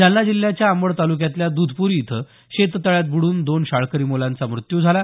जालना जिल्ह्याच्या अंबड तालुक्यातल्या दुधपूरी इथं शेततळ्यात बुडून दोन शाळकरी मुलांचा मृत्यू झाला